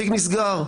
התיק נסגר.